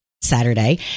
Saturday